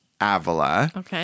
Avila